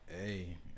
Hey